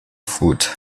fruit